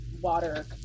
water